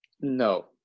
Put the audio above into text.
No